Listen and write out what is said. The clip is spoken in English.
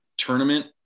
tournament